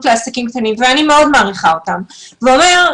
לעסקים קטנים ואני מאוד מעריכה אותם ואומר,